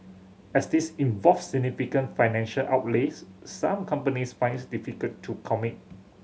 as these involve significant financial outlays some companies find it difficult to commit